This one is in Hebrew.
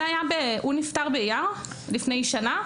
הוא נפטר באייר לפני שנה.